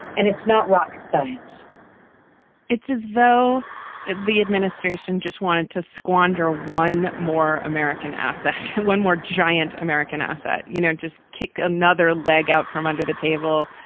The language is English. and it's not rocket science it's as though the administration just wanted to squander one more american asset, and one more giant american asset, you know, just kick another leg out from under the table.